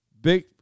Big